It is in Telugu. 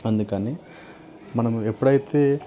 అందుకని మనం ఎప్పుడైతే